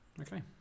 Okay